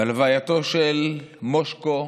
הלווייתו של מושקו,